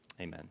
Amen